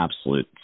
absolute